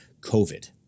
COVID